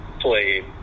played